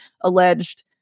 alleged